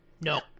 no